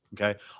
okay